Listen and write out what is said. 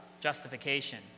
justification